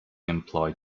employed